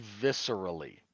viscerally